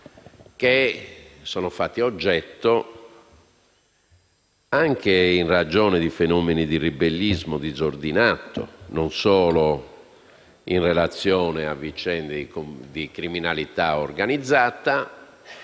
e sociale, e che, anche in ragione di fenomeni di ribellismo disordinato, e non solo in relazione a vicende di criminalità organizzata,